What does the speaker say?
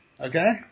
Okay